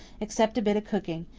except a bit of cooking.